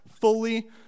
Fully